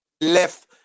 left